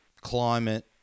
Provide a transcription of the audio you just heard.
climate